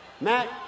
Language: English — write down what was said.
Matt